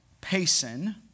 Payson